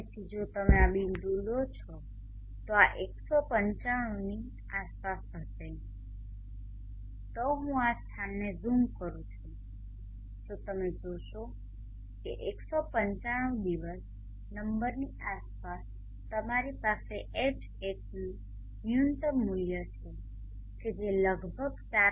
તેથી જો તમે આ બિંદુ લો છો તો આ 195ની આસપાસ હશે તો હું આ સ્થાનને ઝૂમ કરું તો તમે જોશો કે 195 દિવસ નંબરની આસપાસ તમારી પાસે Hat નુ ન્યુનત્તમ મુલ્ય છે કે જે લગભગ 4